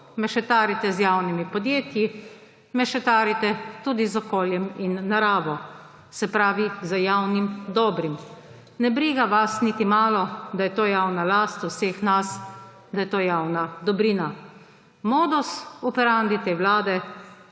mešetarite z javnimi podjetji, mešetarite tudi z okoljem in naravo, se pravi z javnim dobrim. Ne briga vas niti malo, da je to javna last vseh nas, da je to javna dobrina. Modus operandi te vlade